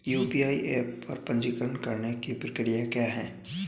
UPI app पर पंजीकरण करने की प्रक्रिया क्या है?